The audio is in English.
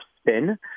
spin